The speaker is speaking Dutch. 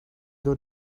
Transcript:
door